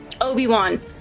obi-wan